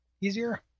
easier